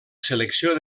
selecció